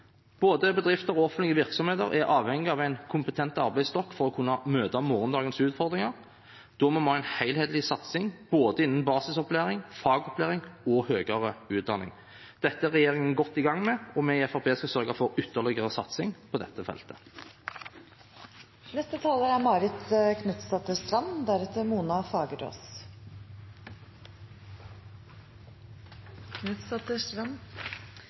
Både bedrifter og offentlige virksomheter er avhengig av en kompetent arbeidsstokk for å kunne møte morgendagens utfordringer. Da må vi ha en helhetlig satsing innenfor både basisopplæring, fagopplæring og høyere utdanning. Dette er regjeringen godt i gang med, og vi i Fremskrittspartiet skal sørge for ytterligere satsing på dette